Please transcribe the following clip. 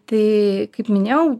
tai kaip minėjau